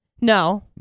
No